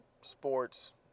sports